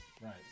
right